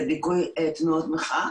לדיכוי תנועות מחאה.